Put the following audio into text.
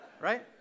Right